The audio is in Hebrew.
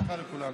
בהצלחה לכולם.